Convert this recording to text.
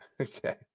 Okay